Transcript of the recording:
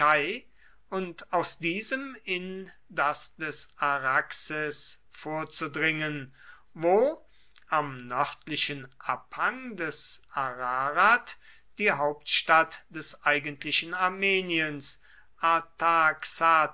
und aus diesem in das des araxes vorzudringen wo am nördlichen abhang des ararat die hauptstadt des eigentlichen armeniens